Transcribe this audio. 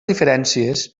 diferències